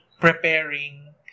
preparing